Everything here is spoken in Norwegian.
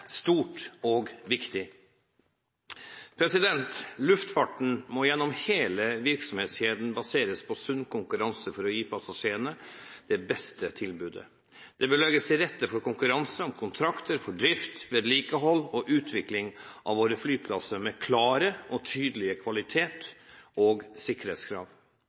stort og viktig. Luftfarten må gjennom hele virksomhetskjeden baseres på sunn konkurranse for å gi passasjerene det beste tilbudet. Det bør legges til rette for konkurranse om kontrakter for drift, vedlikehold og utvikling av våre flyplasser med klare og tydelige kvalitetskrav og sikkerhetskrav.